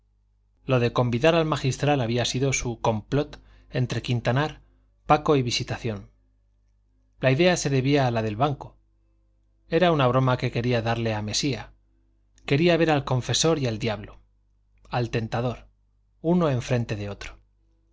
lo de convidar al magistral había sido un complot entre quintanar paco y visitación la idea se debía a la del banco era una broma que quería darle a mesía quería ver al confesor y al diablo al tentador uno en frente de otro a